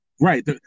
Right